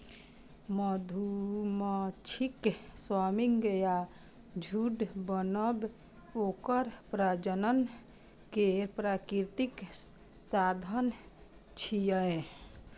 मधुमाछीक स्वार्मिंग या झुंड बनब ओकर प्रजनन केर प्राकृतिक साधन छियै